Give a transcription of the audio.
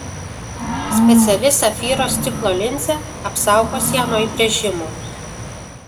speciali safyro stiklo linzė apsaugos ją nuo įbrėžimų